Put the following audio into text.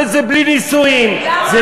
אבל זה בלי נישואים, למה?